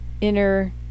inner